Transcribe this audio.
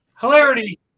hilarity